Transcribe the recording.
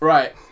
Right